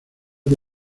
que